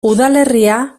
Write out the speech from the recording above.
udalerria